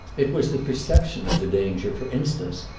it was the perception of the danger, for instance,